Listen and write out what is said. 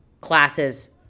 classes